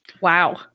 Wow